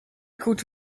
could